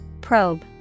Probe